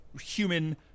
human